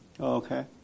Okay